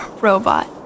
Robot